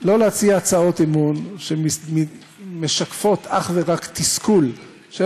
לא להציע הצעות אי-אמון שמשקפות אך ורק תסכול של